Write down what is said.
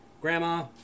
Grandma